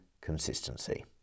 consistency